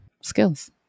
skills